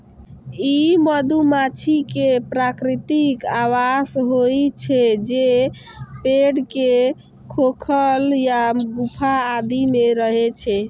ई मधुमाछी के प्राकृतिक आवास होइ छै, जे पेड़ के खोखल या गुफा आदि मे रहै छै